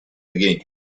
again